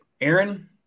Aaron